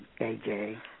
AJ